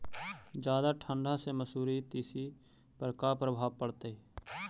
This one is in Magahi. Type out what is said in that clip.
जादा ठंडा से मसुरी, तिसी पर का परभाव पड़तै?